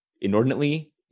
inordinately